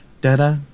da-da